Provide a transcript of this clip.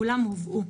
כולם הובאו.